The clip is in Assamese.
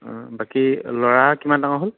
অঁ বাকী ল'ৰা কিমান ডাঙৰ হ'ল